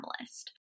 list